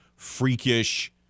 freakish